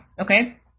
okay